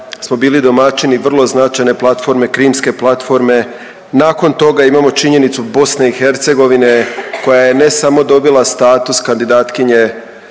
smo bili domaćini vrlo značajne platforme, Krimske platforme, nakon toga imamo činjenicu BiH, koja je ne samo dobila status kandidatkinje